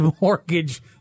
mortgage